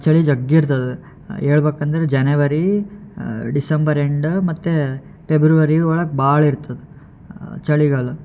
ಚಳಿ ಜಗ್ಗಿ ಇರ್ತದೆ ಹೇಳ್ಬಕಂದ್ರೆ ಜನವರಿ ಡಿಸೆಂಬರ್ ಎಂಡ ಮತ್ತು ಪೆಬ್ರವರಿ ಒಳಗೆ ಭಾಳ ಇರ್ತದೆ ಚಳಿಗಾಲ